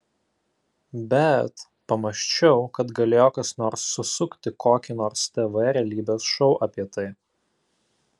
bet pamąsčiau kad galėjo kas nors susukti kokį nors tv realybės šou apie tai